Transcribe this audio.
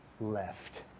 left